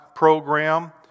Program